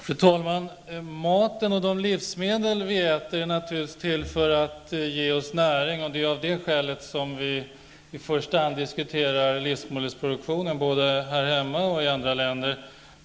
Fru talman! Maten och de livsmedel som vi äter är naturligtvis till för att ge oss näring, och det är i första hand av det skälet som vi diskuterar livsmedelsproduktionen, både här hemma och i andra länder.